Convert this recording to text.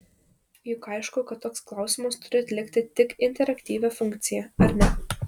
juk aišku kad toks klausimas turi atlikti tik interaktyvią funkciją ar ne